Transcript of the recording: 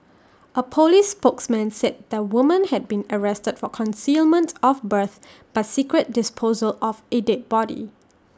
A Police spokesman said the woman had been arrested for concealment of birth by secret disposal of A dead body